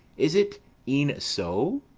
is it e'en so?